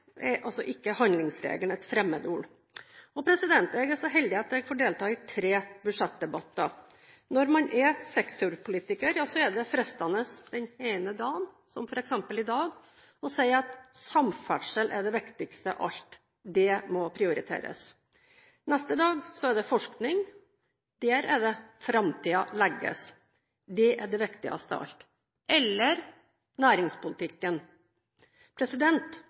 er altså ikke handlingsregelen et fremmedord. Jeg er så heldig at jeg får delta i tre budsjettdebatter. Når man er sektorpolitiker, er det fristende den ene dagen – som f.eks. i dag – å si at samferdsel er det viktigste av alt, det må prioriteres. Neste dag er det forskning – der er det framtiden legges, det er det viktigste av alt – eller næringspolitikken.